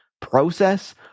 process